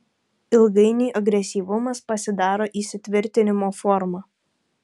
ilgainiui agresyvumas pasidaro įsitvirtinimo forma